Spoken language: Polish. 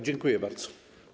Dziękuję bardzo.